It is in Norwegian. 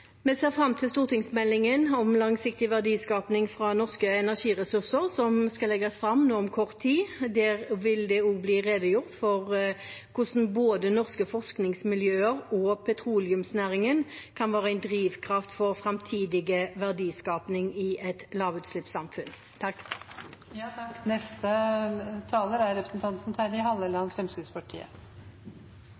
Vi ser fram til stortingsmeldingen om langsiktig verdiskaping fra norske energiressurser som skal legges fram om kort tid. Der vil det også bli redegjort for hvordan både norske forskningsmiljøer og petroleumsnæringen kan være en drivkraft for framtidig verdiskaping i et lavutslippssamfunn.